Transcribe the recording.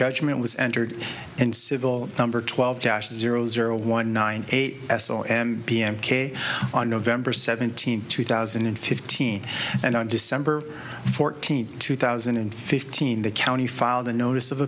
judgment was entered and civil number twelve cash zero zero one nine eighty s o m b m k on november seventeenth two thousand and fifteen and on december fourteenth two thousand and fifteen the county filed a notice of